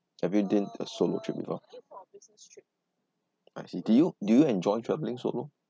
have you did a solo trip before I see do you do you enjoy travelling solo